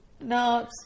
No